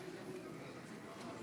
אדוני